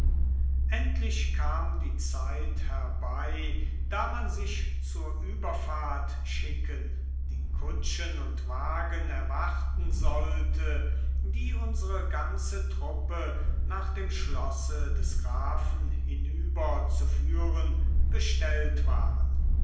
endlich kam die zeit herbei daß man sich zur überfahrt schicken die kutschen und wagen erwarten sollte die unsere ganze truppe nach dem schlosse des grafen hinüberzuführen bestellt waren